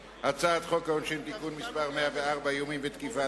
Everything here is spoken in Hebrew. הצעת חוק העונשין (תיקון מס' 104) (איומים ותקיפה),